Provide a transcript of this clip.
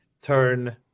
turn